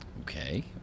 okay